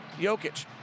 Jokic